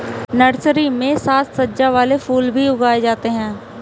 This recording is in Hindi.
नर्सरी में साज सज्जा वाले फूल भी उगाए जाते हैं